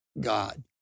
God